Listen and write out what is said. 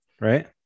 Right